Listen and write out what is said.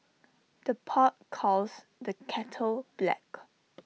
the pot calls the kettle black